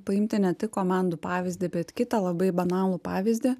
paimti ne tik komandų pavyzdį bet kitą labai banalų pavyzdį